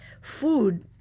Food